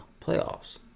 playoffs